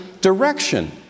direction